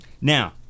Now